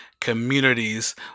communities